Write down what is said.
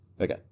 okay